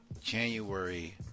January